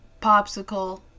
popsicle